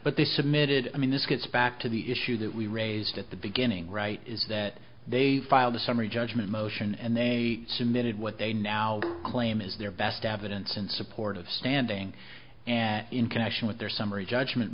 but they submitted i mean this gets back to the issue that we raised at the beginning right is that they filed a summary judgment motion and they submitted what they now claim is their best evidence in support of standing in connection with their summary judgment